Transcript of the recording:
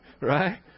right